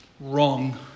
wrong